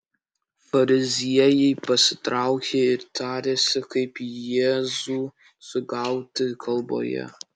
fariziejai pasitraukė ir tarėsi kaip jėzų sugauti kalboje